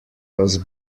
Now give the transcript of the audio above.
was